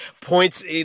points